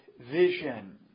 vision